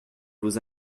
vos